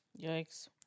Yikes